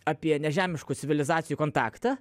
apie nežemiškų civilizacijų kontaktą